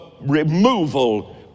removal